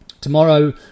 Tomorrow